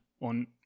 on